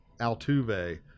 Altuve